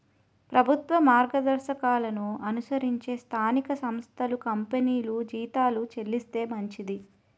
ప్రభుత్వ మార్గదర్శకాలను అనుసరించి స్థానిక సంస్థలు కంపెనీలు జీతాలు చెల్లిస్తే మంచిది